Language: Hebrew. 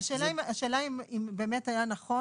השאלה אם באמת היה נכון